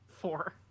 Four